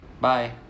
bye